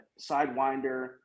sidewinder